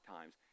times